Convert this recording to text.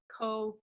co